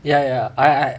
ya ya I I